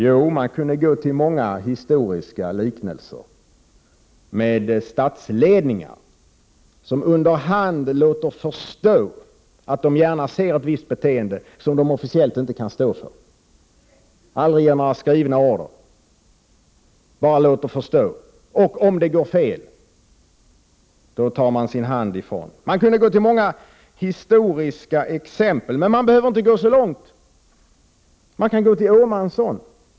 Ja, man kunde göra många historiska liknelser med statsledningar som under hand låter förstå att de gärna ser ett visst beteende, som de officiellt inte kan stå för, de ger aldrig några skrivna order, utan låter bara förstå vad de önskar. Om det hela går fel tar man sin hand ifrån det. Det kunde anföras många historiska exempel. Men man behöver inte gå så långt, man kan gå till Åhmansson.